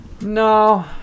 no